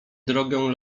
drogę